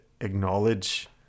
acknowledge